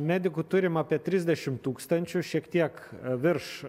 medikų turim apie trisdešimt tūkstančių šiek tiek virš